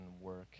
work